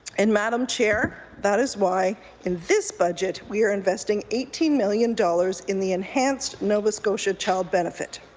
and madam chair, that is why in this budget, we are investing eighteen million dollars in the enhanced nova scotia child benefit.